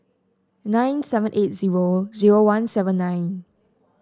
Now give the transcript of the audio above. nine seven eight zero zero one seven nine